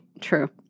True